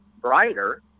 brighter